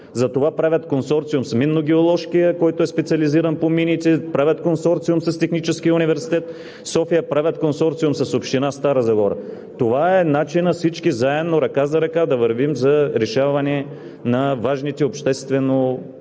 Затова правят консорциум с Минно-геоложкия, който е специализиран по мините, правят консорциум с Техническия университет в София, правят консорциум с Община Стара Загора. Това е начинът всички заедно, ръка за ръка да вървим за решаване на важните обществено-политически